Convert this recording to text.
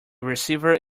receiver